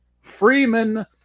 Freeman